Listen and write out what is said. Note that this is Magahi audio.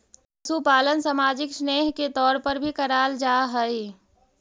पशुपालन सामाजिक स्नेह के तौर पर भी कराल जा हई